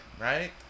Right